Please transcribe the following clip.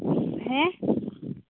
ᱦᱮᱸ